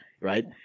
right